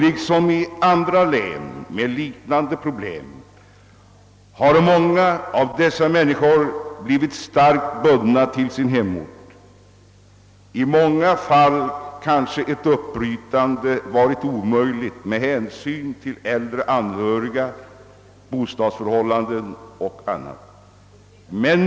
Liksom i andra län med liknande problem har många av dessa människor blivit starkt bundna till sin hemort. I många fall kanske ett uppbrott varit omöjligt med hänsyn till äldre anhöriga, bostadsförhållanden och annat.